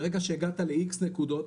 ברגע שהגעת ל-X נקודות,